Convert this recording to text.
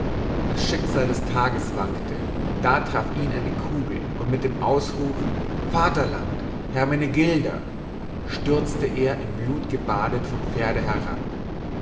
das schicksal des tages wankte da traf ihn eine kugel und mit dem ausruf vaterland hermenegilda stürzte er in blut gebadet vom pferde herab